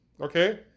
okay